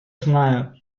знаю